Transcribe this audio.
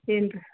ಇಲ್ಲರಿ